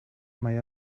mae